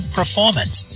performance